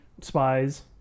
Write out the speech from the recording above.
Spies